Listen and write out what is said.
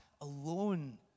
alone